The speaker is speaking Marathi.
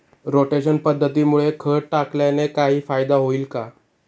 रोटेशन पद्धतीमुळे खत टाकल्याने काही फायदा होईल का?